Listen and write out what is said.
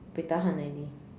buay tahan already